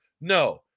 No